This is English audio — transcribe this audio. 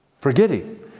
Forgetting